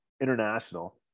international